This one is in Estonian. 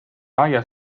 aias